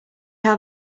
how